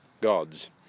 Gods